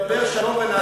נדבר שלום ונעשה שלום.